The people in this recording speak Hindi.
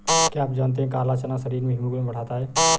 क्या आप जानते है काला चना शरीर में हीमोग्लोबिन बढ़ाता है?